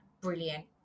brilliant